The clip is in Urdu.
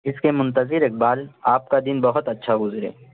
اس کے منتظر اقبال آپ کا دن بہت اچھا گزرے